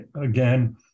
Again